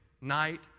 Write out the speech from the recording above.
night